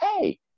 hey